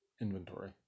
inventory